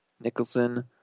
Nicholson